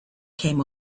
came